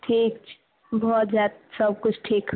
ठीक छै भऽ जाएत सबकिछु ठीक